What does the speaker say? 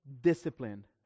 disciplined